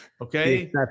Okay